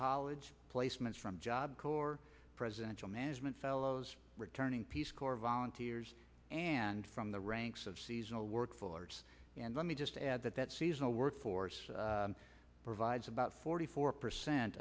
college placements from job corps presidential management fellows returning peace corps volunteers and from the ranks of seasonal workforce and let me just add that that seasonal workforce provides about forty four percent